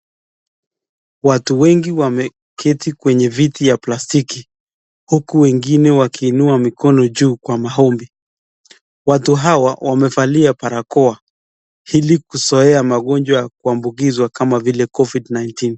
Watu wengi wameketi kwenye viti ya plastiki huku wengine wakiinua mikono juu kwa maombi. Watu hawa wamevalia barakoa ili kuzoea magonjwa kuambukiwa kama vile covid nineteen .